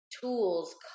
tools